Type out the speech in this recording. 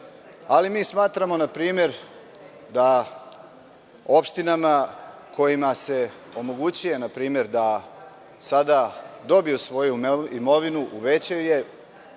ali mi smatramo npr. da opštinama kojima se omogućuje da sada dobiju svoju imovinu, uvećaju je,